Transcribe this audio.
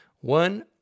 One